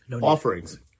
offerings